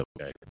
okay